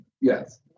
Yes